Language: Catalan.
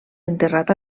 enterrat